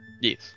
Yes